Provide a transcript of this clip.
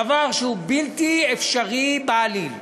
דבר שהוא בלתי אפשרי בעליל.